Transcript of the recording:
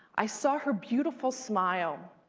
i saw her beautiful smile,